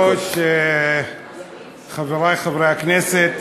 אדוני היושב-ראש, חברי חברי הכנסת,